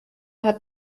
hat